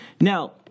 Now